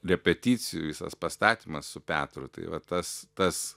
repeticijų visas pastatymas su petru tai va tas tas